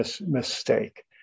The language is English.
mistake